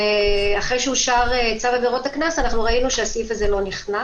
ואחרי שאושר צו עבירות הקנס ראינו שהסעיף הזה לא נכנס.